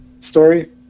story